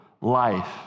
life